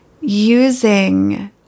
using